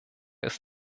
ist